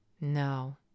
No